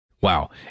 Wow